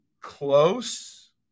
close